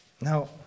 Now